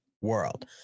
world